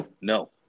No